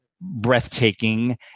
breathtaking